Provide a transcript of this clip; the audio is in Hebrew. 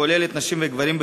הכוללת נשים וגברים,